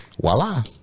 voila